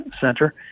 center